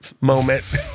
moment